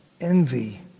envy